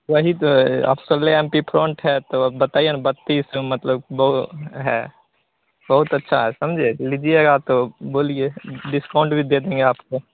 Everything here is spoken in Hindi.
वही तो आप सोलह एम पी फ्रोंट है तो आप बताइए ना बत्तीस मतलब बहु है बहुत अच्छा है समझे लीजिएगा तो बोलिए डिस्काउंट फ़ोन भी दे देंगे आपको